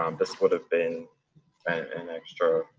um this would have been an extra,